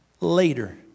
later